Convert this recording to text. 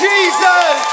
Jesus